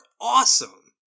awesome